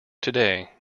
today